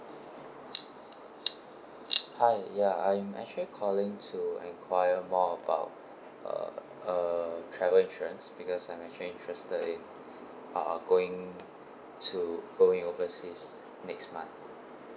hi ya I'm actually calling to enquire more about uh uh travel insurance because I'm actually interested in uh going to going overseas next month